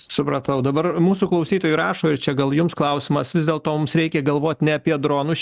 supratau dabar mūsų klausytojai rašo ir čia gal jums klausimas vis dėlto mums reikia galvot ne apie dronus